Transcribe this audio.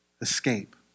Escape